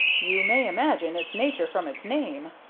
you may imagine its nature from its name,